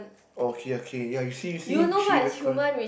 oh okay okay you see you see she recon~